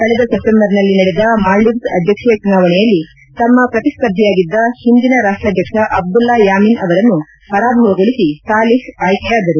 ಕಳೆದ ಸೆಪ್ಟೆಂಬರ್ನಲ್ಲಿ ನಡೆದ ಮಾಲ್ವೀವ್ಸ್ ಅಧ್ಯಕ್ಷೀಯ ಚುನಾವಣೆಯಲ್ಲಿ ತಮ್ಮ ಪ್ರತಿಸ್ಪರ್ಧಿಯಾಗಿದ್ದ ಹಿಂದಿನ ರಾಷ್ಟಾಧ್ಯಕ್ಷ ಅಬ್ದುಲ್ಲಾ ಯಾಮಿನ್ ಅವರನ್ನು ಪರಾಭವಗೊಳಿಸಿ ಸಾಲಿಹ್ ಆಯ್ನೆಯಾದರು